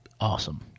Awesome